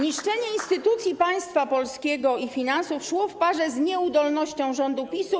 Niszczenie instytucji państwa polskiego i finansów szło w parze z nieudolnością rządu PiS.